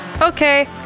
okay